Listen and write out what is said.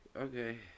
okay